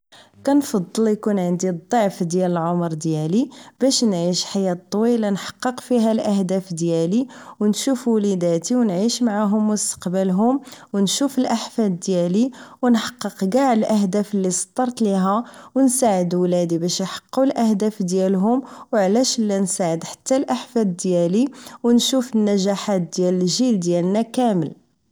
كنفضل اكون عندي الضعف ديال العمر ديالي باش نعيش حياة طويلة نحقق فيها الاهداف ديالي و نشوف وليداتي و نعيش معاهم مستقبلهم و نشوف الاحفاد ديالي و نحقق كاع الاهداف اللي سطرت ليها و نساعد ولادي باش احققو الاهداف ديالهم و علاش لا نساعد حتى الاحفاد ديالي و نشوف النجاحات ديال الجيل ديالنا كامل